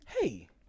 Hey